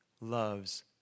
loves